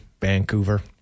Vancouver